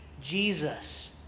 Jesus